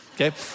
okay